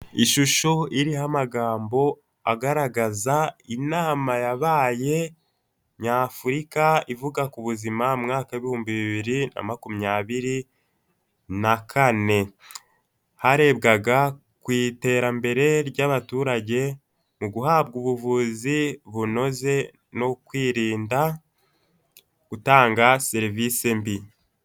Ishusho iriho amagambo agaragaza inama yabaye Nyafurika ivuga ku buzima umwaka w'ibihumbi bibiri na makumyabiri na kane, harebwaga ku iterambere ry'abaturage mu guhabwa ubuvuzi bunoze no kwirinda gutanga serivisi mbi.